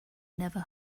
never